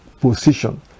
position